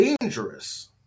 dangerous